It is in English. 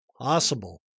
possible